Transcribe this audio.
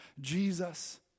Jesus